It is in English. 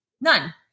none